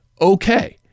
Okay